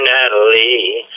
Natalie